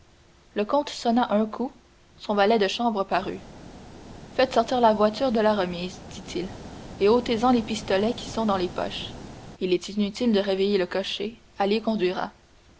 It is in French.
le comte sonna un coup son valet de chambre parut faites sortir la voiture de la remise dit-il et ôtez en les pistolets qui sont dans les poches il est inutile de réveiller le cocher ali conduira